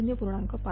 1 0